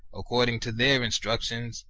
according to their instructions,